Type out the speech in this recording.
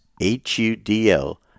h-u-d-l